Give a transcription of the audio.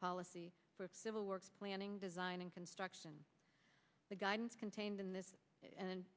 policy for civil works planning design and construction the guidance contained in this